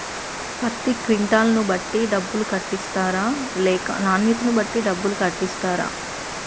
పత్తి క్వింటాల్ ను బట్టి డబ్బులు కట్టిస్తరా లేక నాణ్యతను బట్టి డబ్బులు కట్టిస్తారా?